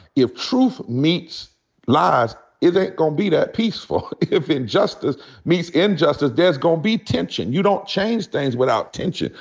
if truth meets lies, it ain't gonna be that peaceful. if injustice meets injustice, there's gonna be tension. you don't change things without tension.